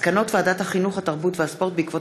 הצעת חוק הביטוח הלאומי (תיקון, הכרה בדלקת